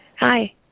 Hi